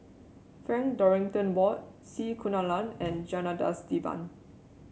Frank Dorrington Ward C Kunalan and Janadas Devan